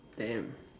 damn